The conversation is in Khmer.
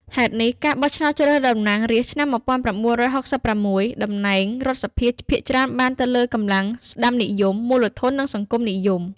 ហេតុនេះ ការបោះឆ្នោតជ្រើសរើសតំណាងរាស្ត្រឆ្នាំ ១៩៦៦ តំណែងរដ្ឋសភាភាគច្រើនបានទៅលើកម្លាំងស្តាំនិយម មូលធន និងសង្គមនិយម។